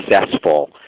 successful